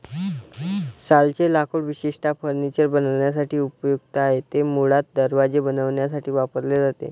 सालचे लाकूड विशेषतः फर्निचर बनवण्यासाठी उपयुक्त आहे, ते मुळात दरवाजे बनवण्यासाठी वापरले जाते